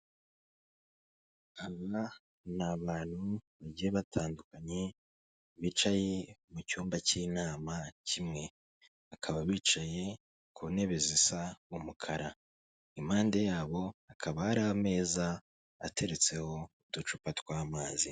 Aba ni abantu bagiye batandukanye bicaye mu cyumba cy'inama kimwe. Bakaba bicaye ku ntebe zisa umukara. Impande yabo hakaba hari ameza ateretseho uducupa tw'amazi.